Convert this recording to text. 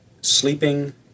sleeping